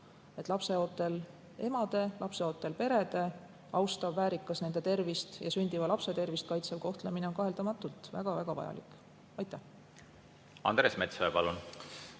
Lapseootel emade, lapseootel perede austav, väärikas, nende tervist ja sündiva lapse tervist kaitsev kohtlemine on kaheldamatult väga-väga vajalik. Andres Metsoja, palun!